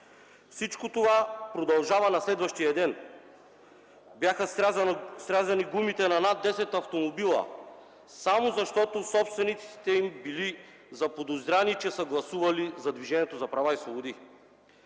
Всичко това продължава и на следващия ден. Бяха срязани гумите на над 10 автомобила само защото собствениците им били заподозрени, че са гласували за „Движението за права и свободи”.